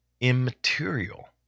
immaterial